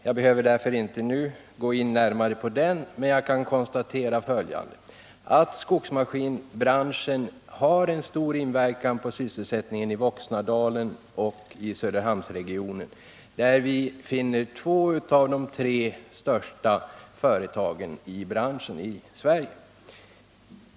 Jag behöver därför inte närmare gå in på den saken nu, men jag konstaterar att skogsmaskinbranschen har en stor inverkan på sysselsättningen i Voxnadalen och i Söderhamnsregionen, där vi finner två av de tre största företagen i branschen i Sverige.